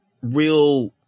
real